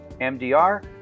MDR